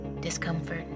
discomfort